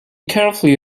carefully